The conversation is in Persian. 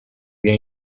بیا